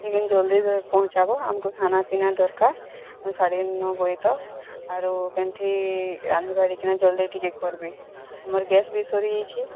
ଲେକିନ୍ ଜଲ୍ଦି ପହଞ୍ଚାବ ଆମକୁ ଖାନା ପିନା ଦରକାର୍ ସାଢ଼େ ନଅ ବଜେ ତକ୍ ଆରୁ କେନ୍ଥି ରାନ୍ଧି ବଢ଼ି କିନା ଜଲ୍ଦି ଟିକେ କର୍ବି ଆମର୍ ଗ୍ୟାସ୍ ବି ସରିଯାଇଛି